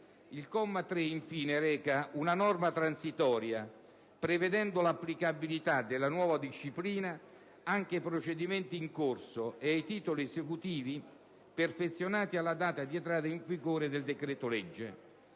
Il comma 3, infine, reca una norma transitoria, prevedendo l'applicabilità della nuova disciplina anche ai procedimenti in corso ed ai titoli esecutivi perfezionati alla data di entrata in vigore del decreto-legge.